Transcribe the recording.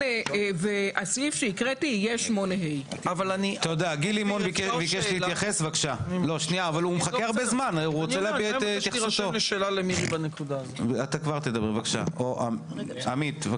והסעיף שהקראתי יהיה 8ה. בבקשה, עמית.